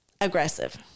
Aggressive